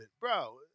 Bro